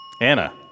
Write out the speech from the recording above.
Anna